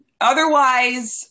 Otherwise